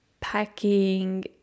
packing